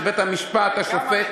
שבבית-המשפט השופט,